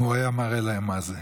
הוא היה מראה להם מה זה.